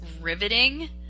riveting